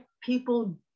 people